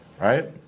right